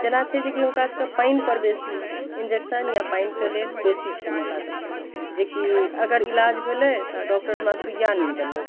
जेना छै जे हुनकासभके पानिपर बेसी इन्जेक्शन या पानिके लेल बेसी छनि हुनका सभके जे कि अगर इलाज भेलै तऽ डॉक्टर हमरा सुइया नहि देलक